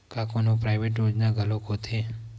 का कोनो प्राइवेट योजना घलोक होथे?